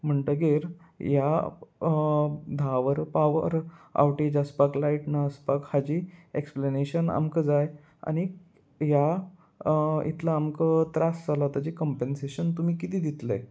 म्हणटगीर ह्या धा वर पावर आवटेज आसपाक लायट ना आसपाक हाजी एक्सप्लेनेशन आमकां जाय आनीक ह्या इतलो आमकां त्रास जालो ताजें कंम्पेन्सेशन तुमी कितें दितलें